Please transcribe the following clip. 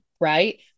right